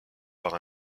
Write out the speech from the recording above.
par